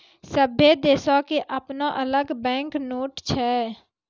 सभ्भे देशो के अपनो अलग बैंक नोट छै